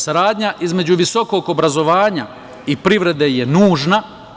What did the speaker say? Saradnja između visokog obrazovanja i privrede je nužna.